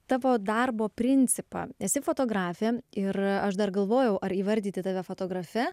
tavo darbo principą esi fotografė ir aš dar galvojau ar įvardyti tave fotografe